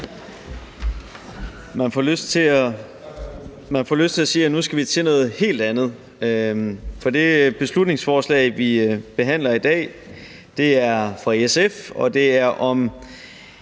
Man får lyst til at sige, at nu skal vi til noget helt andet, for det beslutningsforslag, vi behandler i dag, er fra SF, og det handler